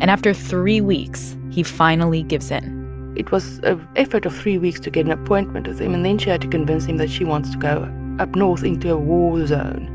and after three weeks, he finally gives in it was a effort of three weeks to get an appointment with him, and then she had to convince him that she wants to go up north into a warzone